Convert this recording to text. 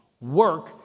work